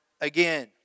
again